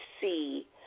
see